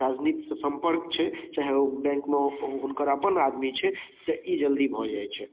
राजनीत सँ संपर्क छै चाहे ओ बैंकमे ओ हुनकर अपन आदमी छै तऽ ई जल्दी भऽ जाइ छै